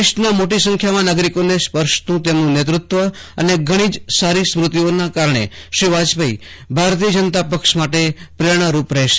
દેશના મોટી સંખ્યામાં નાગરીકોને સ્પર્શતું તેમનું નેતૃત્વ અને ઘણી જ સારી સ્મૃતિઓના કારણે શ્રી વાજપેયી ભાજપ માટે પ્રેરણારૂપ રહેશે